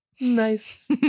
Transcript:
Nice